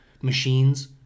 machines